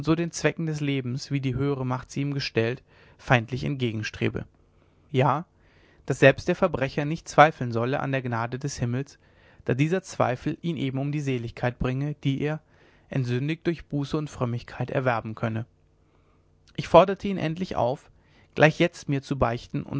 den zwecken des lebens wie die höhere macht sie ihm gestellt feindlich entgegenstrebe ja daß selbst der verbrecher nicht zweifeln solle an der gnade des himmels da dieser zweifel ihn eben um die seligkeit bringe die er entsündigt durch buße und frömmigkeit erwerben könne ich forderte ihn endlich auf gleich jetzt mir zu beichten